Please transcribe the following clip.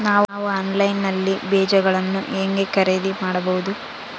ನಾವು ಆನ್ಲೈನ್ ನಲ್ಲಿ ಬೇಜಗಳನ್ನು ಹೆಂಗ ಖರೇದಿ ಮಾಡಬಹುದು?